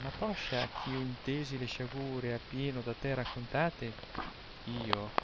ma poscia eh io intesi le sciagure a pieno da te raccontate io